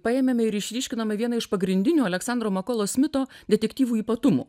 paėmėme ir išryškinome vieną iš pagrindinių aleksandro makolo smito detektyvų ypatumų